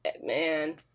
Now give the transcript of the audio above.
man